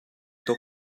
tuk